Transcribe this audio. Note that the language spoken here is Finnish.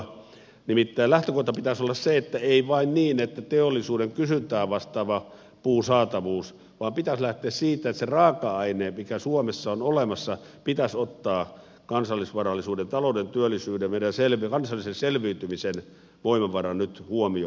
nimittäin lähtökohtana pitäisi olla että ei vain niin että on teollisuuden kysyntää vastaava puun saatavuus vaan pitäisi lähteä siitä että se raaka aine mikä suomessa on olemassa pitäisi ottaa kansallisvarallisuuden talouden työllisyyden meidän kansallisen selviytymisen voimavarana nyt huomioon